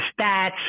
stats